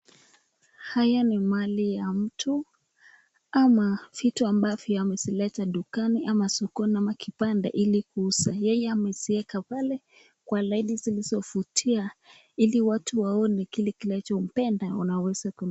Haya ni Mali ya mtu ama vitu ambavyo amezileta dukani ama sokoni ama kibanda Ili kuuza. Yeye amezieka pale kwa laini zinayovutia Ili watu waone kili kina ana mpenda Ili aweze kunu.